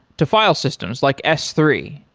to file systems like s three.